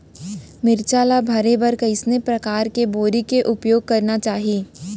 मिरचा ला भरे बर कइसना परकार के बोरी के उपयोग करना चाही?